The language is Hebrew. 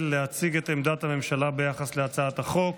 להציג את עמדת הממשלה ביחס להצעת החוק.